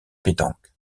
pétanque